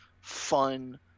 fun